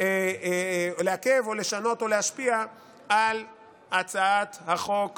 לשנות או להשפיע על הצעת החוק